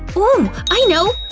ooh! i know!